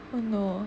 oh no